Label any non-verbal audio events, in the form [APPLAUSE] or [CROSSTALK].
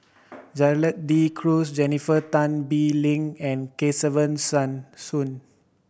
Gerald De Cruz Jennifer Tan Bee Leng and Kesavan [UNINTELLIGIBLE] Soon